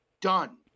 Done